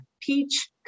peach